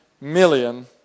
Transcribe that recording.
million